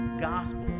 gospel